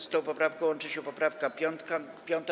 Z tą poprawką łączy się poprawka 5.